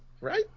right